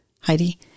Heidi